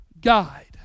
guide